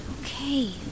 Okay